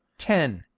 ten.